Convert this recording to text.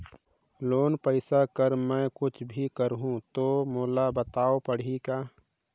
Loan पइसा कर मै कुछ भी करहु तो मोला बताव पड़ही का?